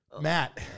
Matt